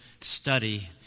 study